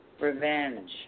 Revenge